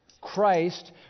Christ